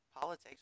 politics